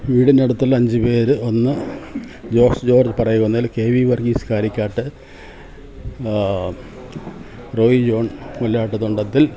വീടിനടുത്തുള്ള അഞ്ചു പേര് ഒന്ന് ജോസ് ജോർജ് പറവി കുന്നേൽ കെ വി വർഗീസ് കാരിക്കാട്ട് റോയ് ജോൺ മുല്ലാട്ട് തുണ്ടത്തിൽ